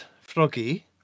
Froggy